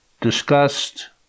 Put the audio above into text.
discussed